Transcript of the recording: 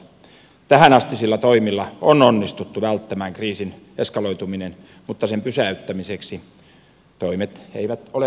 tähänastisilla toimilla on onnistuttu välttämään kriisin eskaloituminen mutta sen pysäyttämiseksi toimet eivät ole riittäneet